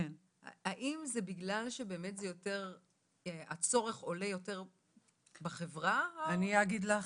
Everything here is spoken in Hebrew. האם זה בגלל שבאמת זה יותר הצורך עולה יותר בחברה הערבית?